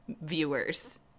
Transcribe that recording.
viewers